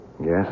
Yes